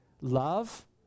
Love